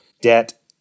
debt